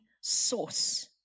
source